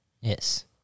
yes